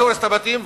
שהורסת את הבתים,